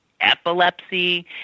epilepsy